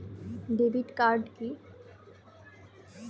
Debit card key?